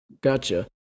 Gotcha